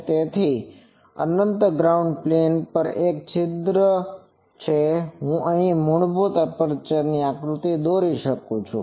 તેથી તે અનંત ગ્રાઉન્ડ પ્લેન પર એક છિદ્ર છે અને હું અહીં મૂળભૂત એપ્રેચર ની આકૃતિ દોરી શકું છું